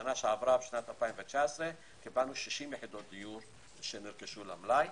ב-2019 קיבלנו 60 יחידות דיור שנרכשו למלאי,